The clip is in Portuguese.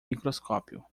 microscópio